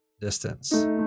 distance